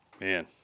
Man